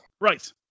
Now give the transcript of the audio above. Right